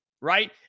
right